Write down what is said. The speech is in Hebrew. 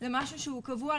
למשהו שהוא קבוע,